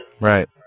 Right